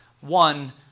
One